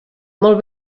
molt